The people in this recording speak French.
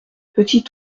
petit